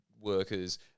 workers